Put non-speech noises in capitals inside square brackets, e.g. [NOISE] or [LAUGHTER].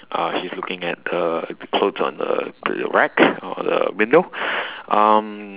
uh she's looking at the clothes on uh the rack or the window [BREATH] um